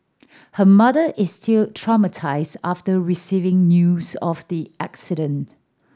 her mother is still traumatised after receiving news of the accident